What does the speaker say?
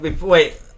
wait